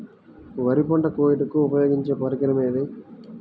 వరి పంట కోయుటకు ఉపయోగించే పరికరం ఏది?